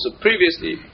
previously